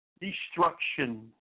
destruction